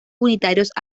unitarios